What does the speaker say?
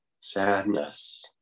sadness